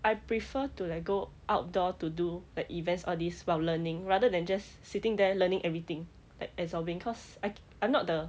I prefer to like go outdoor to do the events all this while learning rather than just sitting there learning everything like absorbing cause I I'm not the